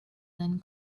than